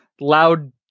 loud